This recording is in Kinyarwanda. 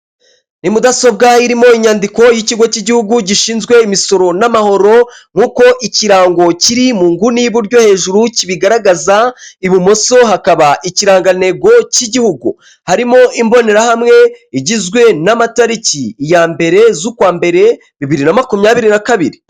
Ni mudasobwa irimo inyandiko y’ikigo cy’igihugu gishinzwe imisoro n’amahoro, nkuko ikirango kiri mu nguni n’iburyo hejuru kibigaragaza ibumoso. Hakaba ikirangantego cy’igihugu harimo imbonerahamwe igizwe n’amatariki ya mbere z’ukwa mbere bibiri na makumyabiri na kabiri.